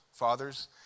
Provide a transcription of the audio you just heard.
fathers